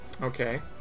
Okay